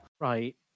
Right